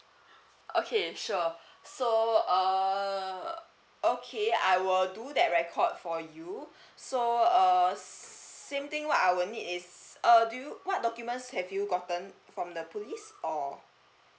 okay sure so err okay I will do that record for you so uh same thing what I will need is err do you what documents have you gotten from the police or